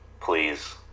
please